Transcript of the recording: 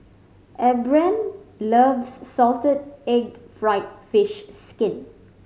Abram loves salted egg fried fish skin